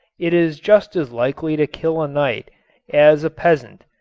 it is just as likely to kill a knight as a peasant,